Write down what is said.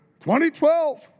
2012